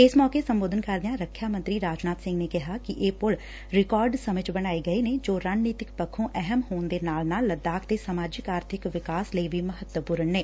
ਇਸ ਮੌਕੇ ਬੋਲਦਿਆਂ ਰੱਖਿਆ ਮੰਤਰੀ ਰਾਜਨਾਥ ਸਿੰਘ ਨੇ ਕਿਹਾ ਕਿ ਇਹ ਪੁਲ ਰਿਕਾਰਡ ਸਮੇਂ ਚ ਬਣਾਏ ਗਏ ਨੇ ਜੋ ਰਣਨੀਤਿਕ ਪੱਖੋਂ ਅਹਿਮ ਹੋਣ ਦੇ ਨਾਲ ਨਾਲ ਲੱਦਾਖ ਸਮਾਜਿਕ ਆਰਥਿਕ ਵਿਕਾਸ ਲਈ ਵੀ ਮਹੱਤਵਪੁਰਨ ਨੇ